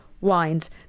wines